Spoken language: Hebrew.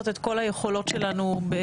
היכולות שלנו ?